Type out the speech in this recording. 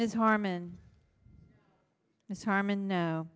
ms harman ms harman no